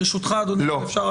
ברשותך אדוני, אם אפשר --- לא.